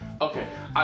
Okay